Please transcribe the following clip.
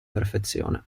perfezione